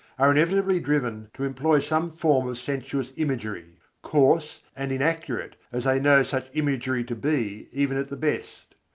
are inevitably driven to employ some form of sensuous imagery coarse and inaccurate as they know such imagery to be, even at the best.